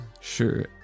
Sure